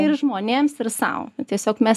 ir žmonėms ir sau tiesiog mes